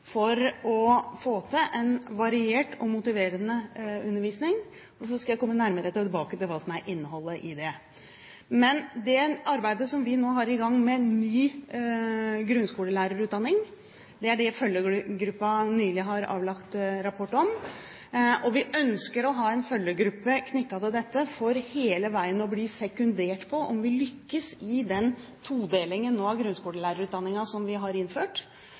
innholdet i det. Men det arbeidet som vi nå har i gang med ny grunnskolelærerutdanning, er det som følgegruppen nylig har avlagt rapport om. Vi ønsker å ha en følgegruppe knyttet til dette for hele veien å bli sekundert på om vi lykkes i den todelingen av grunnskolelærerutdanningen som vi nå har innført.